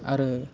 आरो